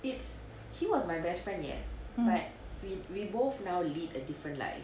mm